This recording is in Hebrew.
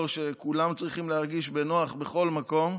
שכולם צריכים להרגיש בנוח בכל מקום.